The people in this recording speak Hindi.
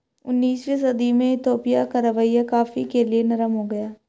उन्नीसवीं सदी में इथोपिया का रवैया कॉफ़ी के लिए नरम हो गया